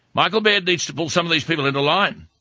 michael baird needs to pull some of these people into line.